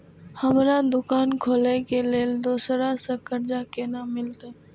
हमरा दुकान खोले के लेल दूसरा से कर्जा केना मिलते?